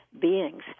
beings